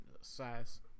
size